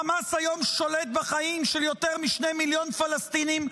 החמאס שולט היום בחיים של יותר משני מיליון פלסטינים,